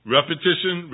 Repetition